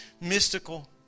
mystical